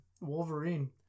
Wolverine